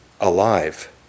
alive